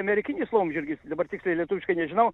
amerikinis laumžirgis dabar tiksliai lietuviškai nežinau